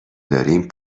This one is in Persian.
داریم